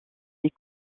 les